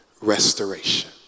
restoration